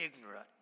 ignorant